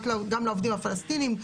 גם לעובדים הפלסטינים?